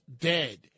dead